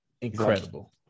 incredible